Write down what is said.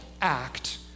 act